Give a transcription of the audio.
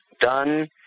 done